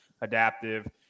adaptive